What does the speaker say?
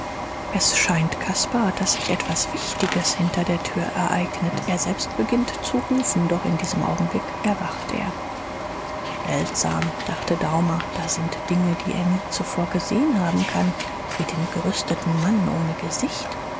es scheint caspar daß sich etwas wichtiges hinter der tür ereignet er selbst beginnt zu rufen doch in diesem augenblick erwacht er seltsam dachte daumer da sind dinge die er nie zuvor gesehen haben kann wie den gerüsteten mann ohne gesicht